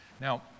Now